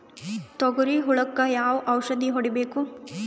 ತೊಗರಿ ಹುಳಕ ಯಾವ ಔಷಧಿ ಹೋಡಿಬೇಕು?